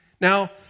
Now